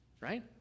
Right